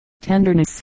tenderness